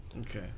Okay